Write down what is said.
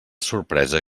sorpresa